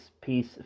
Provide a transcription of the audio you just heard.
piece